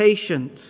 patient